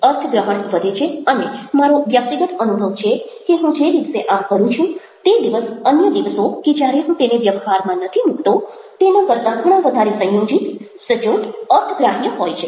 અર્થગ્રહણ વધે છે અને મારો વ્યક્તિગત અનુભવ છે કે હું જે દિવસે આમ કરું છું તે દિવસ અન્ય દિવસો કે જ્યારે હું તેને વ્યવહારમાં નથી મૂકતો તેના કરતાં ઘણા વધારે સંયોજિત સચોટ અર્થગ્રાહ્ય હોય છે